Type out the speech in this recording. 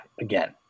Again